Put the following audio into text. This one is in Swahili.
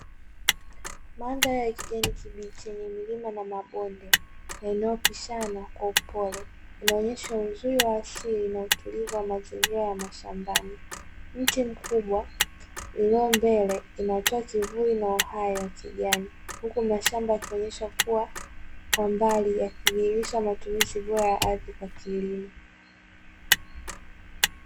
Mandhari ya kijani kibichi yenye milima na mabonde, yaliyopishana kwa upole, inaonyesha uzuri wa asili na utulivu wa mazingira ya mashambani. Mti mkubwa ulio mbele unatoa kivuli na uhai wa kijani, huku mashamba yakionyesha kuwa, kwa mbali yakidhihirisha matumizi bora ya ardhi kwa kilimo.